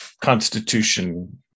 Constitution